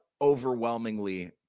overwhelmingly